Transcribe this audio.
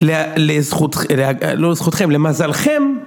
לזכותכם למזלכם